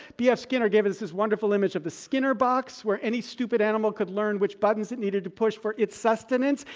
b. f. skinner gave us this wonderful image of the skinner box where any stupid animal could learn which buttons it needed to push for its sustenance.